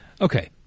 Okay